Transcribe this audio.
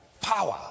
power